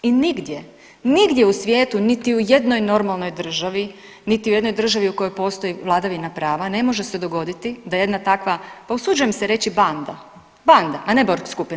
I nigdje, nigdje u svijetu niti u jednoj normalnoj državi, niti u jednoj državi u kojoj postoji vladavina prava ne može se dogoditi da jedna takva, pa usuđujem se reći banda, a ne Borg skupina.